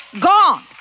gone